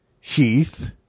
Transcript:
Heath